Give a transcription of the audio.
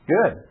Good